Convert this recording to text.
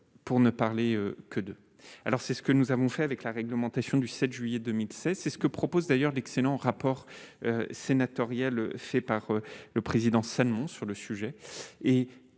pour ne parler que d'eux, alors c'est ce que nous avons fait avec la réglementation du 7 juillet 2016, c'est ce que propose d'ailleurs l'excellent rapport sénatorial fait par le président s'annonce sur le sujet